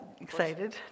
Excited